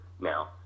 now